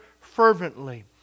fervently